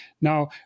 Now